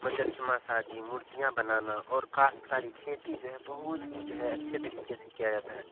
مجسمہ سازی مورتیاں بنانا اور کاشت کاری کھیتی جو ہے بہت ہی جو ہے اچھے طریقے سے کیا جاتا ہے